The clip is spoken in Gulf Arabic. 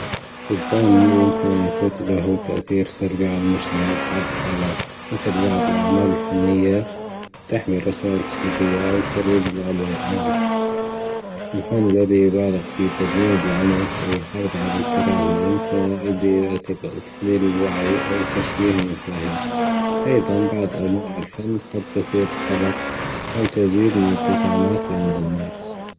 الفن يمكن أن يكون له تأثير سلبي على المجتمع في بعض الحالات مثل بعض الأعمال الفنية تحمل رسائل سلبية أو ترويج لعنف الفن الذي يبالغ في تجميد العنف ويحرض على الكراهية يمكن أن يؤدي إلى تقليل الوعي أو تشويه المفاهيم أيضًا بعض أنواع الفن قد تثير قلق أو تزيد من الأنقسامات بين الناس.